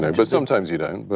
yeah but sometimes you don't.